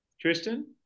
Tristan